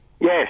Yes